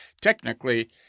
technically